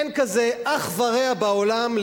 אין לזה אח ורע בעולם,